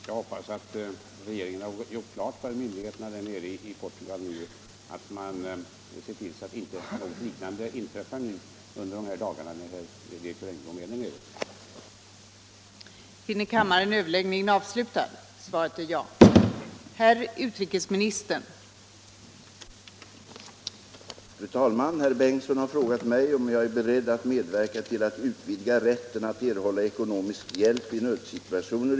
Jag hoppas att regeringen har gjort klart för myndigheterna i Portugal att vi måste se till att något liknande inte inträffar under de dagar direktör Engblom nu är där nere.